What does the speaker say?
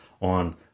on